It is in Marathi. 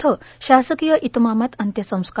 इथं शासकीय इतमामात अंत्य संस्कार